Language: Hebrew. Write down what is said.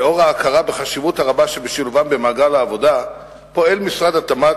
לאור ההכרה בחשיבות הרבה שבשילובם במעגל העבודה פועל משרד התמ"ת